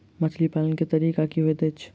मछली पालन केँ तरीका की होइत अछि?